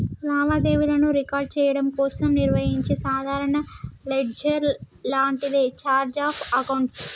లావాదేవీలను రికార్డ్ చెయ్యడం కోసం నిర్వహించే సాధారణ లెడ్జర్ లాంటిదే ఛార్ట్ ఆఫ్ అకౌంట్స్